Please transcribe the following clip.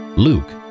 Luke